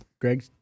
Greg